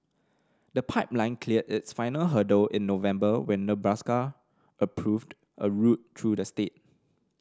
the pipeline cleared its final hurdle in November when Nebraska approved a route through the state